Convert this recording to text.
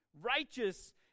Righteous